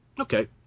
Okay